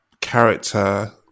character